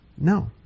No